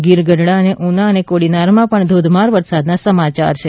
ગીર ગઢડા અને ઉના અને કોડીનારમાં પણ ધોધમાર વરસાદ ના સમાચાર છે